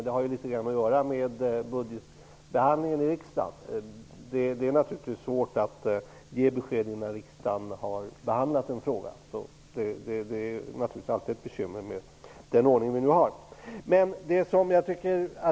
Det har litet grand att göra med budgetbehandlingen i riksdagen. Det är naturligtvis svårt att ge besked innan riksdagen har behandlat en fråga. Det är alltid ett bekymmer med den ordning som vi nu har.